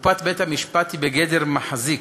קופת בית-המשפט היא בגדר מחזיק.